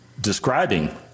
describing